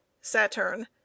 Saturn